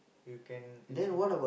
you can actual~